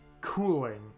cooling